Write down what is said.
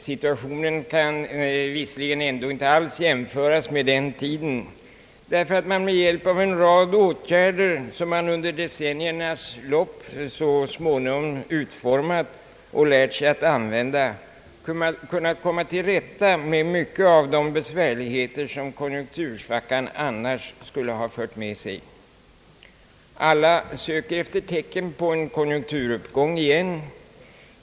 Situationen kan visserligen ändå inte alls jämföras med den tiden, därför att man nu med hjälp av en rad åtgärder som man under decenniernas lopp utformat och lärt sig att använda kunnat komma till rätta med mycket av de besvärligheter som konjunktursvackan skulle ha fört med sig. Alla söker efter tecken på en konjunkturuppgång igen.